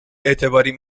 اعتباریم